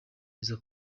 biza